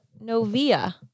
Novia